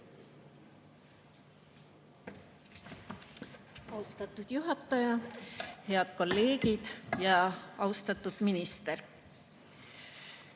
Austatud juhataja, head kolleegid ja austatud minister!